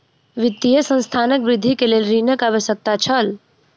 वित्तीय संस्थानक वृद्धि के लेल ऋणक आवश्यकता छल